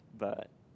but